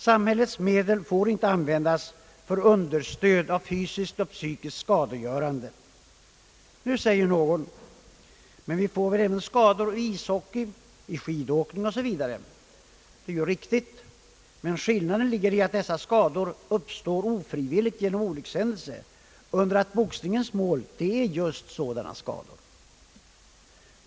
Samhällets medel får inte användas för understöd av fysiskt och psykiskt skadegörande. Nu säger någon: Men vi får väl även skador vid ishockey, o. s. v. Det är riktigt, men skillnaden ligger i att dessa skador uppstått ofrivilligt genom olyckshändelse, under det att boxningens mål är just sådana skador.